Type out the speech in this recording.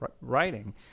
writing